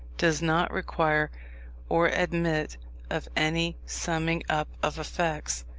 does not require or admit of any summing-up of effects.